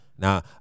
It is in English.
Now